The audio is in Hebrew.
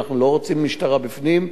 אנחנו לא רוצים משטרה בפנים,